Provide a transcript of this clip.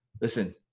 listen